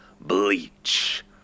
bleach